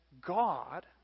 God